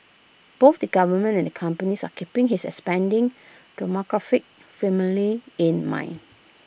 both the government and companies are keeping his expanding demographic firmly in mind